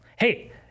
hey